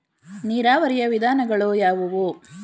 ನೀರಾವರಿಯ ವಿಧಾನಗಳು ಯಾವುವು?